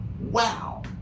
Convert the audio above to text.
wow